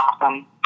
awesome